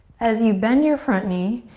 as you bend your front knee,